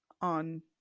on